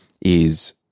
is-